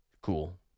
Cool